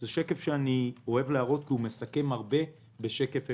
זה שקף שאני אוהב להראות כי הוא מסכם הרבה בשקף אחד.